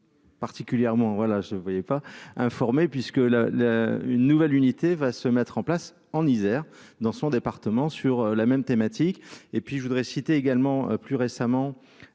particulièrement voilà, je ne voyais pas informée, puisque la une nouvelle unité va se mettre en place, en Isère, dans son département, sur la même thématique et puis je voudrais citer également, plus récemment,